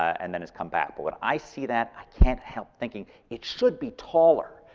and then has come back. but when i see that, i can't help thinking it should be taller.